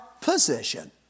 position